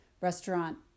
restaurant